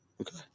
Okay